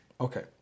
Okay